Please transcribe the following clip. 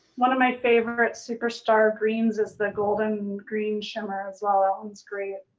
one of my favorite superstar greens is the golden green shimmer as well, ah and it's great.